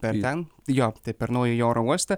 per ten jo tai per naująjį oro uostą